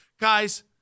Guys